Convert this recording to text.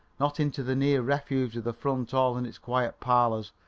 not into the near refuge of the front hall and its quiet parlours,